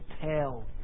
tell